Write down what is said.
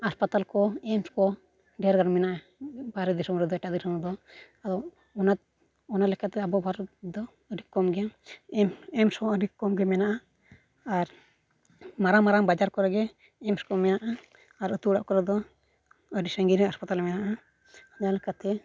ᱦᱟᱸᱥᱯᱟᱛᱟᱞ ᱠᱚ ᱮᱢᱥ ᱠᱚ ᱰᱷᱮᱨ ᱜᱟᱱ ᱢᱮᱱᱟᱜᱼᱟ ᱵᱷᱟᱨᱚᱛ ᱫᱤᱥᱚᱢ ᱨᱮᱫᱚ ᱮᱴᱟᱜ ᱫᱤᱥᱚᱢ ᱨᱮᱫᱚ ᱟᱫᱚ ᱚᱱᱟ ᱚᱱᱟ ᱞᱮᱠᱟᱛᱮ ᱟᱵᱚ ᱵᱷᱟᱨᱚᱛ ᱫᱚ ᱟᱹᱰᱤ ᱠᱚᱢ ᱜᱮ ᱮᱢ ᱮᱢᱥ ᱦᱚᱸ ᱟᱹᱰᱤ ᱠᱚᱢ ᱜᱮ ᱢᱮᱱᱟᱜᱼᱟ ᱟᱨ ᱢᱟᱨᱟᱝ ᱢᱟᱨᱟᱝ ᱵᱟᱡᱟᱨ ᱠᱚᱨᱮ ᱜᱮ ᱮᱢᱥ ᱠᱚ ᱢᱮᱱᱟᱜᱼᱟ ᱟᱨ ᱟᱹᱛᱩ ᱚᱲᱟᱜ ᱠᱚᱨᱮ ᱫᱚ ᱟᱹᱰᱤ ᱥᱟᱺᱜᱤᱧ ᱨᱮ ᱦᱚᱸᱥᱯᱟᱛᱟᱞ ᱢᱮᱱᱟᱜᱼᱟ ᱚᱱᱟ ᱞᱮᱠᱟᱛᱮ